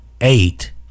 eight